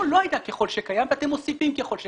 כאן לא היה ככל שקיים ואתם מוסיפים את זה.